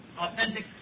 authentic